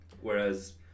Whereas